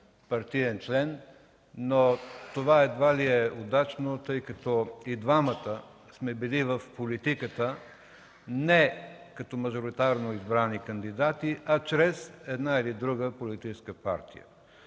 партиен член”, но това едва ли е удачно, тъй като и двамата сме били в политиката не като мажоритарно избрани кандидати, а чрез една или друга политическа партия.